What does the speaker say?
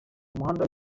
umuhanda